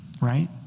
Right